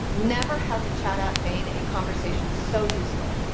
never has a chat app made a conversation so useful.